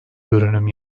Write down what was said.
görünüm